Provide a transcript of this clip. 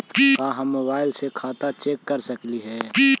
का हम मोबाईल से खाता चेक कर सकली हे?